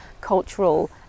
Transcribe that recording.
cultural